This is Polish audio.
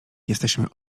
jesteśmy